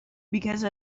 because